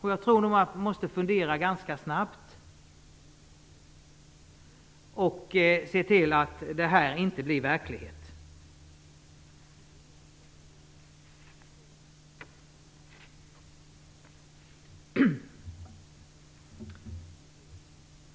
Jag tror att man måste fundera ganska snabbt och se till att förslaget inte blir verklighet.